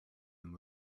and